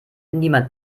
niemand